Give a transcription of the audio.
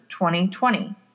2020